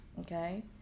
okay